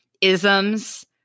isms